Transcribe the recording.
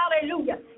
Hallelujah